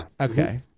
Okay